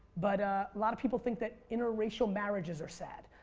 but a lot of people think that interracial marriages are sad.